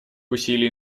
усилий